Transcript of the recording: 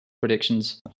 predictions